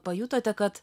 pajutote kad